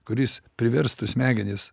kuris priverstų smegenis